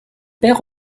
perd